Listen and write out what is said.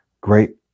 Great